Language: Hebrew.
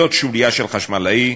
להיות שוליה של חשמלאי,